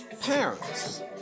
parents